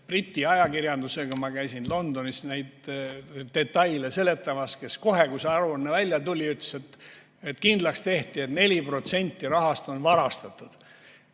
Briti ajakirjandusega. Ma käisin Londonis neid detaile seletamas. Kohe, kui see aruanne välja tuli, öeldi, et on kindlaks tehtud, et 4% rahast on varastatud.